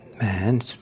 man